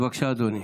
בבקשה, אדוני.